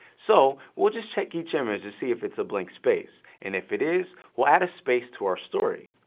so, we'll just check each image to see if it's a blank space, and if it is, we'll add a space to our story.